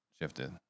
shifted